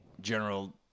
General